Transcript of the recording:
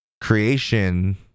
creation